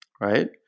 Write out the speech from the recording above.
right